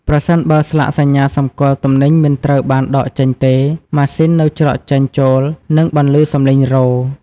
ប្រសិនបើស្លាកសញ្ញាសំគាល់ទំនិញមិនត្រូវបានដកចេញទេ ម៉ាស៊ីននៅច្រកចេញចូលនឹងបន្លឺសម្លេងរោទិ៍។